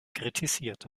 kritisiert